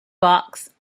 box